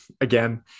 again